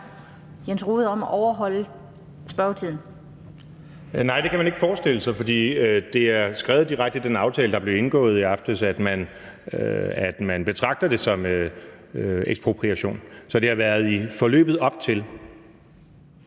Messerschmidt (DF): Nej, det kan man ikke forestille sig, for det er skrevet direkte i den aftale, der blev indgået i aftes, at man betragter det som ekspropriation. Så det har været i forløbet op til.